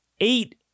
Eight